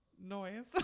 noise